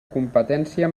competència